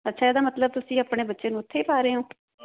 ਅੱਛਾ ਇਹਦਾ ਮਤਲਬ ਤੁਸੀਂ ਆਪਣੇ ਬੱਚੇ ਨੂੰ ਉੱਥੇ ਹੀ ਪਾ ਰਹੇ ਹੋ